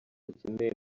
akeneye